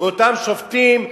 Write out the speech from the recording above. באותם שופטים,